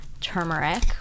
turmeric